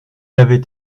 avait